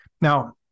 Now